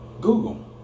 Google